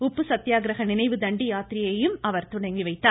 உப்பு சத்தியாகிரக நினைவு தண்டி யாத்திரியையும் அவர் துவக்கிவைத்தார்